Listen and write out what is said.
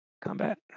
combat